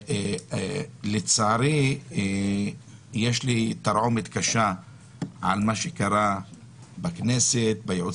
לצערי יש לי תרעומת קשה על מה שקרה בכנסת ובייעוץ